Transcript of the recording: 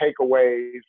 takeaways